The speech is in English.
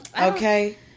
Okay